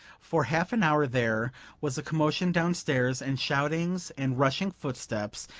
for half an hour there was a commotion downstairs, and shoutings, and rushing footsteps,